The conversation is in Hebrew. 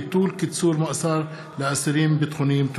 ביטול קיצור מאסר לאסירים ביטחוניים).